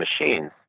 machines